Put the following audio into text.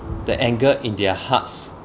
the anger in their hearts